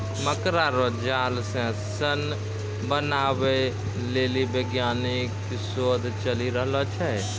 मकड़ा रो जाल से सन बनाबै लेली वैज्ञानिक शोध चली रहलो छै